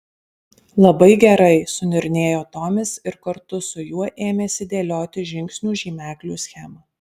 labai gerai suniurnėjo tomis ir kartu su juo ėmėsi dėlioti žingsnių žymeklių schemą